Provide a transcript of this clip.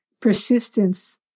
persistence